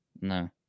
no